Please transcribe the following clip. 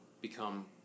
become